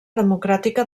democràtica